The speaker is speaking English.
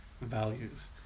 values